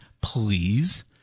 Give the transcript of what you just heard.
Please